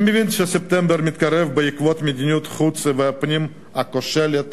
אני מבין שספטמבר מתקרב ובעקבות מדיניות החוץ והפנים הכושלת